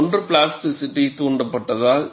ஒன்று பிளாஸ்டிசிட்டி தூண்டப்பட்டதால்